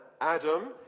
Adam